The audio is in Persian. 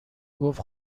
گفت